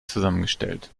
zusammengestellt